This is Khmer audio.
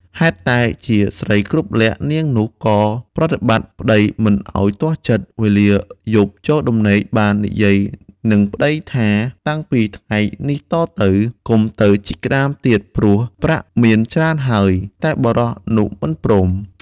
ហេតុតែជាស្រីគ្រប់លក្ខណ៍នាងនោះក៏ប្រណិប័តន៍ប្ដីមិនឲ្យទាស់ចិត្ត វេលាយប់ចូលដំណេកបាននិយាយនឹងប្ដីថាតាំងពីថ្ងៃនេះតទៅ កុំទៅជីកក្ដាមទៀតព្រោះប្រាក់មានច្រើនហើយ តែបុរសនោះមិនព្រម ។